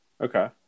Okay